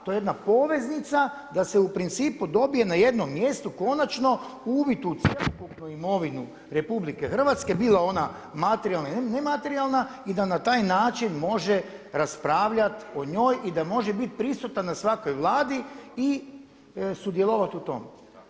To je jedna poveznica da se u principu dobije na jednom mjestu konačno uvid u cjelokupnu imovinu RH bilo ona materijalna ili nematerijalna i da na taj način može raspravljati o njoj i da može biti prisutan na svakoj Vladi i sudjelovat u tome.